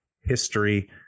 history